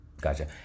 Gotcha